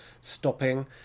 stopping